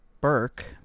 Burke